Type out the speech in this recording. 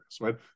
right